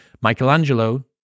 Michelangelo